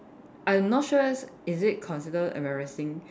I'm not sure is is it consider embarrassing